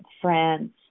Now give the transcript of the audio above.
France